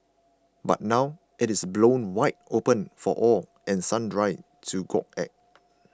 but now it is blown wide open for all and sundry to gawk at